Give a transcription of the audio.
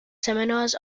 seminars